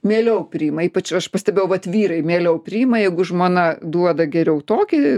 mieliau priima ypač aš pastebėjau vat vyrai mieliau priima jeigu žmona duoda geriau tokį